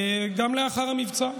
גם לאחר המבצע,